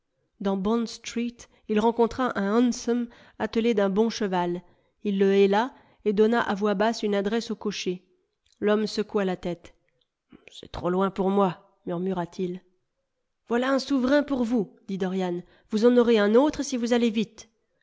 dans bond street il rencontra un hansom attelé d'un bon cheval il le héla et donna à voix basse une adresse au cocher l'homme secoua la tête c'est trop loin pour moi murmura-t-il voilà un souverain pour vous dit dorian vous en aurez un autre si vous allez vite